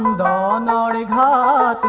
and da da